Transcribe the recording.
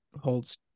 holds